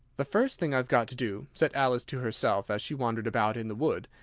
the first thing i've got to do, said alice to herself, as she wandered about in the wood,